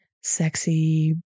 sexy